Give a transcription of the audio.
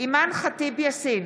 אימאן ח'טיב יאסין,